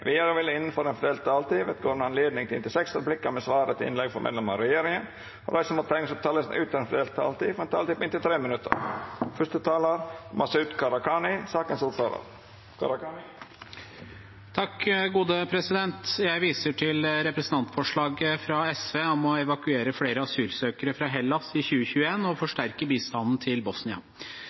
Vidare vil det – innanfor den fordelte taletida – verta gjeve høve til inntil seks replikkar med svar etter innlegg frå medlemer av regjeringa, og dei som måtte teikna seg på talarlista utover den fordelte taletida, får òg ei taletid på inntil 3 minutt.